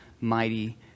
mighty